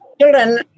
children